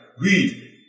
read